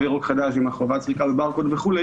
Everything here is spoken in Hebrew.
הירוק החדש עם החובה על סריקת ברקוד וכו',